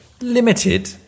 limited